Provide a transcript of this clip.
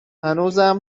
هنوزم